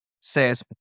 says